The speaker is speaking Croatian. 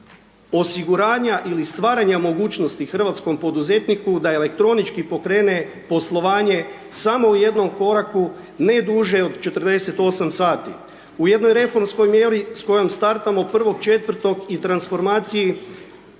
osiguranja ili stvaranja mogućnosti hrvatskom poduzetniku da elektronički pokrene poslovanje samo u jednom koraku ne duže od 48 sati. U jednoj reformskoj mjeri s kojom startamo 1.4. i transformaciji